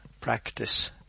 practice